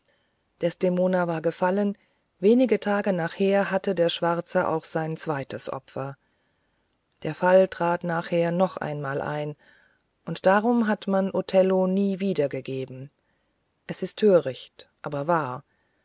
geworden desdemona war gefallen wenige tage nachher hatte der schwarze auch sein zweites opfer der fall trat nachher noch einmal ein und darum hat man othello nie wieder gegeben es ist töricht aber wahr